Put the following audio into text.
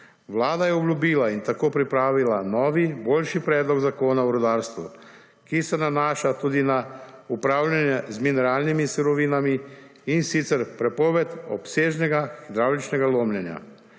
Vlada je obljubila in tako pripravila novi, boljši Predlog Zakona o rudarstvu, ki se nanaša tudi na upravljanje z mineralnimi surovinami in sicer prepoved obsežnega hidravličnega lomljenja.